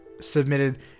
submitted